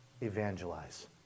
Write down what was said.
Evangelize